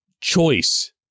choice